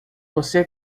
você